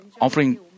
offering